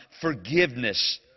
forgiveness